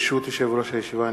ברשות יושב-ראש הישיבה,